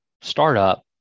startup